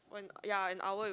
when got ya an hour with